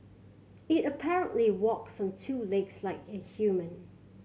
it apparently walks on two legs like a human